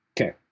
Okay